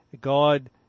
God